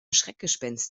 schreckgespenst